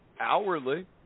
hourly